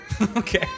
okay